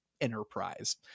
enterprise